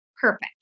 perfect